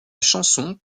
chanson